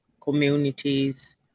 communities